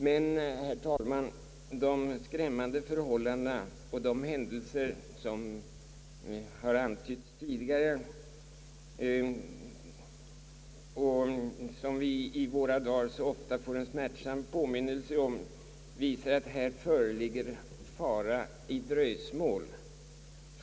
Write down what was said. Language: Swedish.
Men, herr talman, de skrämmande förhållandena och de händelser, som här tidigare antytts och som vi i våra dagar så ofta får en smärtsam påminnelse om, visar att det är fara i dröjs mål.